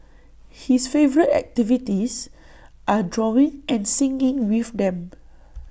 his favourite activities are drawing and singing with them